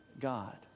God